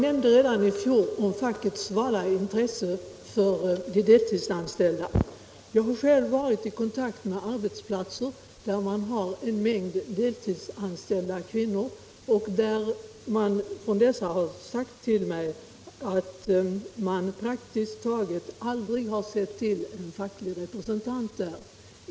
Herr talman! Facket har ett svalt intresse för de deltidsanställda. Jag har själv varit i kontakt med arbetsplatser med många deltidsanställda kvinnor, där man har sagt till mig att man praktiskt taget aldrig har sett till en facklig representant.